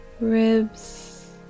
ribs